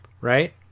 Right